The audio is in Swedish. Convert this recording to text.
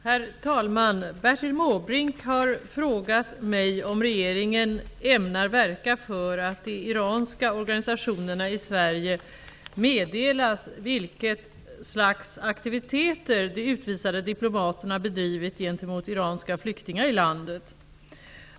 Herr talman! Bertil Måbrink har frågat mig om regeringen ämnar verka för att de iranska organisationerna i Sverige meddelas vilket slags aktiviteter de utvisade diplomaterna bedrivit gentemot iranska flyktingar i landet.